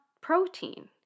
protein